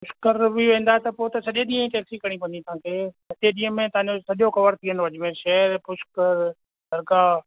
scurvy वेंदा त पोइ त सॼे ॾींहं जी टैक्सी करिणी पवंदी तव्हांखे सॼे ॾींहं में तव्हांजो सॼो कवर थी वेंदुव अजमेर शहर पुष्कर दरगाह